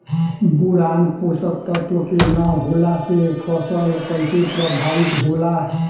Boron पोषक तत्व के न होला से फसल कइसे प्रभावित होला?